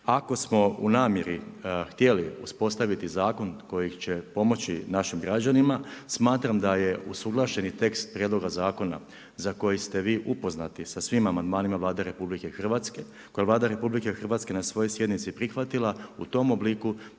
Ako smo u namjeri htjeli uspostaviti zakon koji će pomoći našim građanima, smatram da je usuglašeni tekst prijedloga zakona, za koji ste vi upoznati, sa svim amandmanima Vlade RH, koja Vlada RH, na svojoj sjednici prihvatila, u tom obliku